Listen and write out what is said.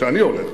שאני הולך,